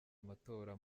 amatora